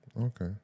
okay